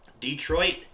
Detroit